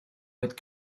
with